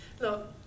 look